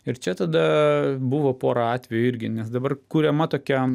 ir čia tada buvo pora atvejų irgi nes dabar kuriama tokia